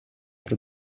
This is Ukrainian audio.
про